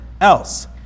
else